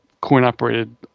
coin-operated